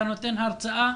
אתה נותן הרצאה.